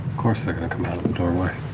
course they're going to come out of the doorway.